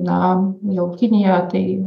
na jungtinėje tai